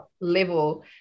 level